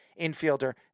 infielder